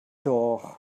doch